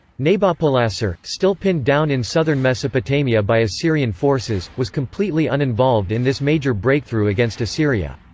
nabopolassar, still pinned down in southern mesopotamia by assyrian forces, was completely uninvolved in this major breakthrough against assyria.